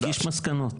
הגיש מסקנות.